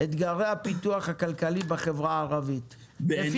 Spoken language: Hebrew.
אתגרי הפיתוח הכלכלי בחברה הערבית, לפי תחומים.